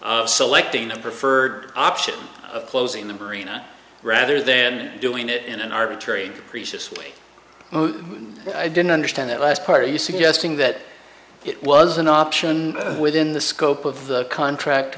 of selecting the preferred option of closing the marina rather then doing it in an arbitrary precisely i didn't understand that last part you suggesting that it was an option within the scope of the contract to